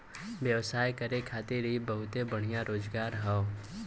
व्यवसाय करे खातिर इ बहुते बढ़िया रोजगार हौ